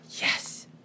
yes